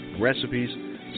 recipes